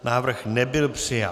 Návrh nebyl přijat.